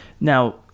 Now